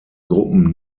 gruppen